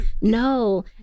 no